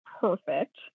perfect